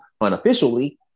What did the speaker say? unofficially